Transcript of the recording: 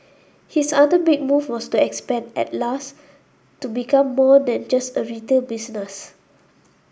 his other big move was to expand Atlas to become more than just a retail business